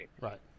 Right